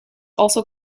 also